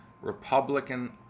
Republican